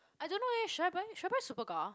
I don't know eh should I buy should I buy Superga